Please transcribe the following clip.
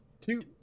two